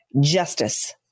justice